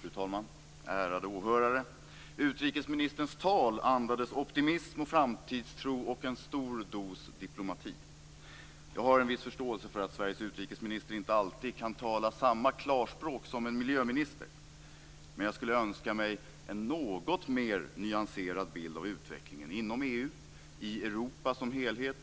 Fru talman! Ärade åhörare! Utrikesministerns tal andades optimism, framtidstro och en stor dos diplomati. Jag har en viss förståelse för att Sveriges utrikesminister inte alltid kan tala samma klarspråk som en miljöminister, men jag skulle önska mig en något mer nyanserad bild av utvecklingen inom EU, i Europa som helhet